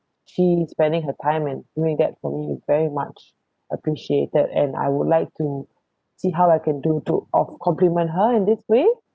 she spending her time and made that for me is very much appreciated and I would like to see how I can do to of compliment her in this way